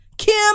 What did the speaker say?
Kim